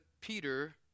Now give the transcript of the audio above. Peter